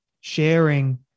sharing